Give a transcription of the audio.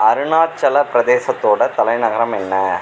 அருணாச்சல பிரதேசத்தோட தலைநகரம் என்ன